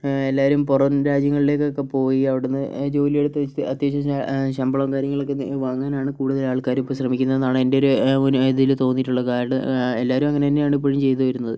എല്ലാവരും പുറം രാജ്യങ്ങളിലേക്ക് ഒക്കെ പോയി അവിടുന്ന് ജോലിയെടുത്ത് അത്യാവശ്യം ശമ്പളവും കാര്യങ്ങളൊക്കെ വാങ്ങാൻ ആണ് കൂടുതൽ ആൾക്കാരും ഇപ്പോൾ ശ്രമിക്കുന്നത് എന്നാണ് എൻറെ ഒരു ഇതിൽ തോന്നിയിട്ടുള്ള കാര്യം എല്ലാവരും അങ്ങനെ തന്നെയാണ് ഇപ്പോഴും ചെയ്തുവരുന്നത്